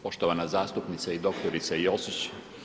Poštovana zastupnice i doktorice Josić.